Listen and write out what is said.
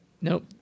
nope